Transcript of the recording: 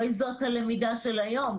הרי זאת הלמידה של היום,